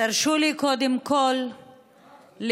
תרשו לי קודם כול לברך